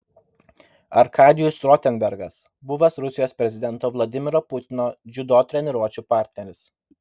arkadijus rotenbergas buvęs rusijos prezidento vladimiro putino dziudo treniruočių partneris